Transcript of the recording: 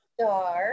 star